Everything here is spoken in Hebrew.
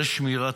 זה שמירה